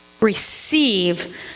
receive